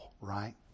right